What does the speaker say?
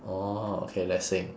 oh okay let's sing